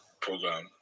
program